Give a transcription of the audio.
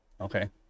Okay